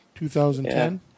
2010